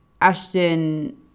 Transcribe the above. Ashton